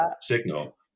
signal